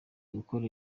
gukora